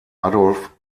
adolf